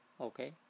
Okay